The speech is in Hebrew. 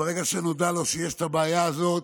ברגע שנודע לו שיש את הבעיה הזאת,